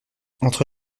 entre